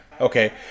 Okay